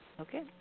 Okay